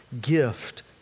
gift